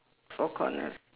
four colours